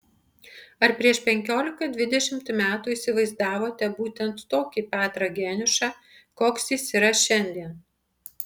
ar prieš penkiolika dvidešimt metų įsivaizdavote būtent tokį petrą geniušą koks jis yra šiandien